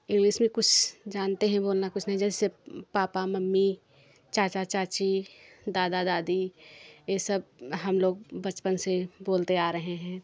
English में कुछ जानते हैं बोलना कुछ नहीं जैसे पापा मम्मी चाचा चाची दादा दादी ये सब हम लोग बचपन से बोलते आ रहे हैं